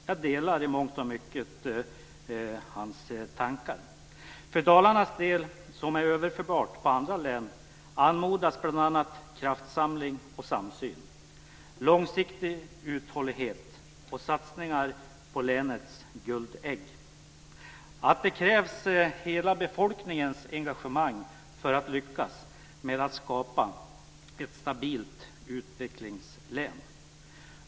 Jag delar i mångt och mycket hans tankar. För Dalarnas del, och det är överförbart på andra län, anmodas bl.a. kraftsamling och samsyn, långsiktig uthållighet och satsningar på länets "guldägg". Hela befolkningens engagemang krävs för att lyckas skapa ett stabilt utvecklingslän.